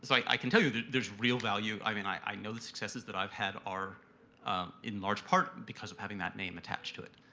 so i can tell you there's real value. i mean, i know the successes that i've had are in large part because of having that name attached to it.